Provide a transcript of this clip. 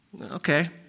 okay